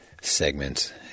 segments